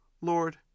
Lord